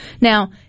Now